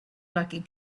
lucky